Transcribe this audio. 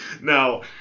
Now